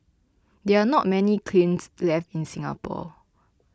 there are not many kilns left in Singapore